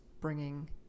bringing